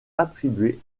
attribuées